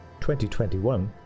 2021